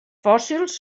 fòssils